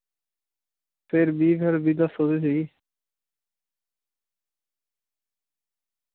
फिर बी फिर बी दस्सो ते सेही